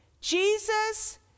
jesus